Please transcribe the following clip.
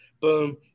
Boom